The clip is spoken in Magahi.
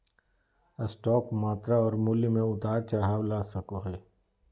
स्टॉक मात्रा और मूल्य में उतार चढ़ाव ला सको हइ